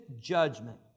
judgment